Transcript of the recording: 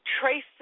trace